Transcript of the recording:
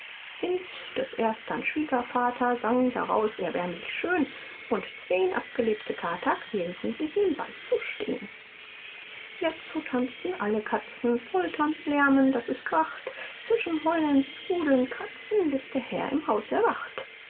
des erstern schwiegervater sang darein erbärmlich schön und zween abgelebte kater quälten sich ihm beizusteh'n jetzo tanzen alle katzen poltern lärmen daß es kracht zischen heulen sprudeln kratzen bis der herr im haus erwacht